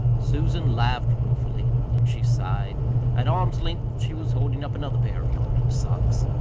susan laughed ruefully. then she sighed at arms' length she was holding up another pair of yawning socks.